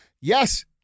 Yes